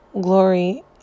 glory